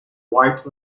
white